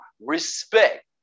respect